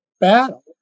battle